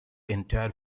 entire